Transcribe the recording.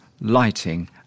lighting